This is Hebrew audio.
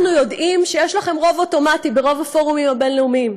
אנחנו יודעים שיש לכם רוב אוטומטי ברוב הפורומים הבין-לאומיים.